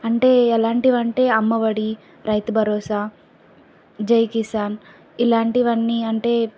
అంటే ఎలాంటివంటే అమ్మఒడి రైతు భరోసా జై కిసాన్ ఇలాంటివన్నీ అంటే